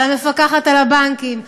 על המפקחת על הבנקים,